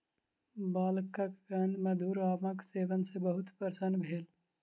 बालकगण मधुर आमक सेवन सॅ बहुत प्रसन्न भेल